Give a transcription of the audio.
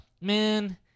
man